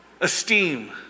esteem